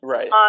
Right